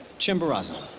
chimborazo!